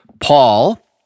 Paul